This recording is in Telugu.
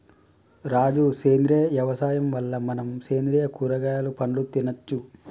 రాజు సేంద్రియ యవసాయం వల్ల మనం సేంద్రియ కూరగాయలు పండ్లు తినచ్చు